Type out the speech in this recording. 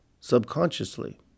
subconsciously